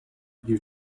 you